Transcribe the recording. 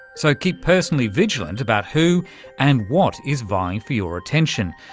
so keep personally vigilant about who and what is vying for your attention,